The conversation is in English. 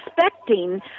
expecting